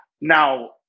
Now